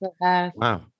Wow